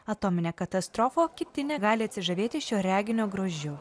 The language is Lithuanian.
atominę katastrofą o kiti negali atsižavėti šio reginio grožiu